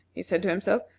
he said to himself,